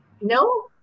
No